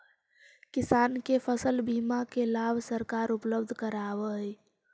किसान के फसल बीमा के लाभ सरकार उपलब्ध करावऽ हइ